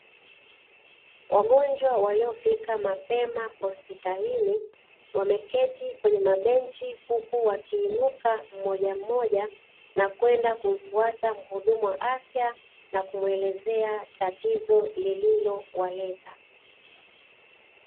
Wagonjwa waliofika mapema hospitalini, wameketi kwenye mabenchi huku wakiinuka mojamoja na kwenda kumfwata mhudumu wa afya na kumuelezea tatizo lililowaleta.